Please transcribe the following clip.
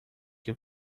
your